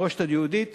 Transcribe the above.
המורשת היהודית